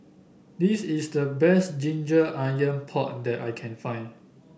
this is the best ginger onion pork that I can find